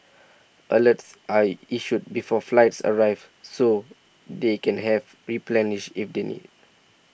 alerts are issued before flights arrive so they can have replenished if they need